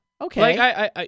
Okay